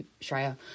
Shreya